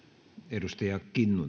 arvoisa